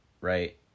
right